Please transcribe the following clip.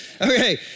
Okay